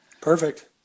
Perfect